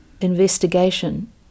investigation